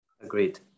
Agreed